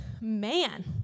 man